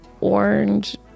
orange